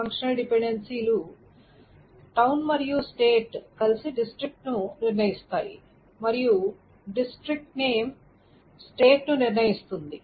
functional డిపెండెన్సీలు town మరియు state కలిసి డిస్ట్రిక్ట్ ను నిర్ణయిస్తాయి మరియు డిస్ట్రిక్ట్ నేమ్ స్టేట్ ని నిర్ణయిస్తుంది